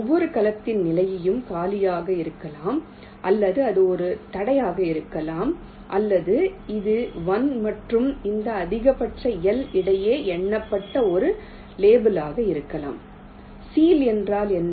ஒவ்வொரு கலத்தின் நிலையும் காலியாக இருக்கலாம் அல்லது அது ஒரு தடையாக இருக்கலாம் அல்லது இது 1 மற்றும் இந்த அதிகபட்ச L இடையே எண்ணப்பட்ட ஒரு லேபிளாக இருக்கலாம் சீல் என்றால் என்ன